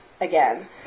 again